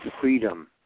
freedom